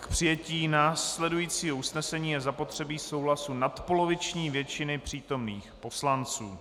K přijetí následujícího usnesení je zapotřebí souhlasu nadpoloviční většiny přítomných poslanců.